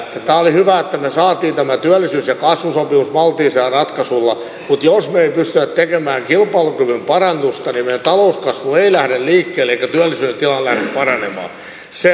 tämä oli hyvä että me saimme tämän työllisyys ja kasvusopimuksen maltillisella ratkaisulla mutta jos me emme pysty tekemään kilpailukyvyn parannusta niin meidän talouskasvu ei lähde liikkeelle eikä työllisyystilanne lähde paranemaan